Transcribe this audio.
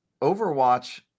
Overwatch